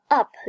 up